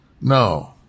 No